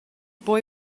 boy